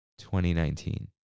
2019